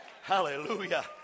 Hallelujah